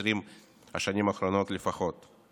ב-20 השנים האחרונות לפחות.